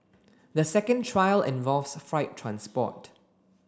the second trial involves freight transport